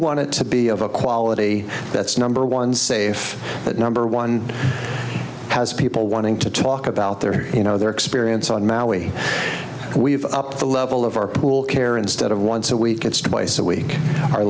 want it to be of a quality that's number one safe but number one has people wanting to talk about their you know their experience on maui we've upped the level of our pool care instead of once a week it's twice a week